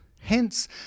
Hence